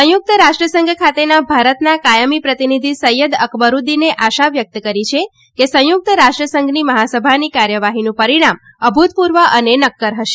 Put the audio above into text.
સંયુક્ત રાષ્ટ્રસંઘ ખાતેના ભારતના કાયમી પ્રતિનિધિ સૈયદ અકબરૂદ્દીને આશા વ્યક્ત કરી છે કે સંયુક્ત રાષ્ટ્રસંઘની મહાસભાની કાર્યવાહીનું પરિણામ અભુતપૂર્વ અને નક્કર હશે